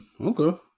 Okay